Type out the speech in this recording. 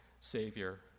Savior